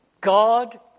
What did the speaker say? God